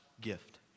gift